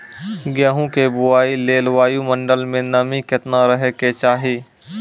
गेहूँ के बुआई लेल वायु मंडल मे नमी केतना रहे के चाहि?